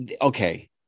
Okay